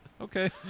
Okay